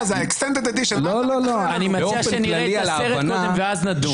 אני מציע שנראה את הסרט קודם ואז נדון.